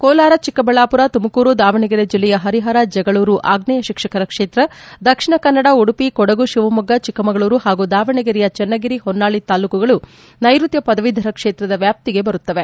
ಕೋಲಾರ ಚಿಕ್ಕಬಳ್ಳಾಪುರ ತುಮಕೂರು ದಾವಣಗೆರೆ ಜಿಲ್ಲೆಯ ಹರಿಹರ ಜಗಳೂರು ಆಗ್ನೇಯ ಶಿಕ್ಷಕರ ಕ್ಷೇತ್ರ ದಕ್ಷಿಣ ಕನ್ನಡ ಉಡುಪಿ ಕೊಡಗು ಶಿವಮೊಗ್ಗ ಚಿಕ್ಕಮಗಳೂರು ಹಾಗೂ ದಾವಣಗೆರೆಯ ಚೆನ್ನಗಿರಿ ಹೊನ್ನಾಳಿ ತಾಲೂಕುಗಳು ನೈರುತ್ಯ ಪದವೀಧರ ಕ್ಷೇತ್ರದ ವ್ಯಾಪ್ತಿಗೆ ಬರುತ್ತವೆ